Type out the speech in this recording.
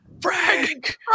Frank